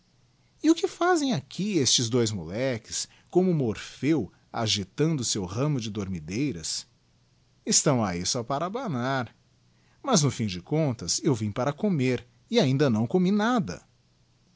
e o que fazem aqui estes dois moleques como morpheu agitando seu ramo de dormideiras estão ahi só para abanar mas no fim de contas eu vira para coraer e ainda não comi nada